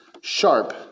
sharp